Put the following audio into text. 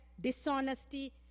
dishonesty